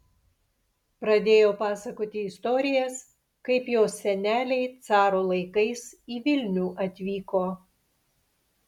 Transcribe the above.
pradėjo pasakoti istorijas kaip jos seneliai caro laikais į vilnių atvyko